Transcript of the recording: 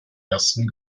ersten